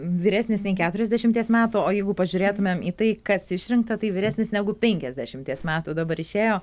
vyresnis nei keturiasdešimies metų o jeigu pažiūrėtumėm į tai kas išrinkta tai vyresnis negu penkiadešimies metų dabar išėjo